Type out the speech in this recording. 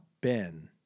Ben